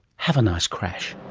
have a nice crash.